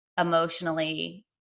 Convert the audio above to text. emotionally